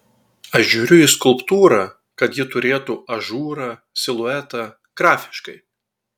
aš žiūriu į skulptūrą kad ji turėtų ažūrą siluetą grafiškai